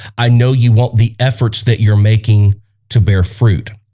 i know you want the efforts that you're making to bear fruit